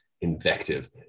invective